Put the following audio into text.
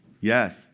Yes